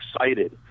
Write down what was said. excited